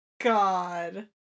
god